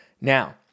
Now